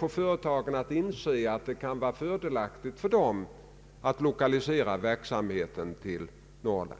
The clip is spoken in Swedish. Det har helt enkelt inte varit möjligt för oss att komma fram till så preciserade program som herr Bengtson och andra